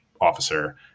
officer